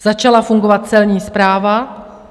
Začala fungovat Celní správa.